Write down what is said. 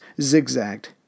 zigzagged